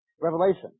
Revelation